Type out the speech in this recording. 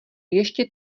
ještě